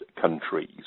countries